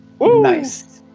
Nice